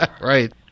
Right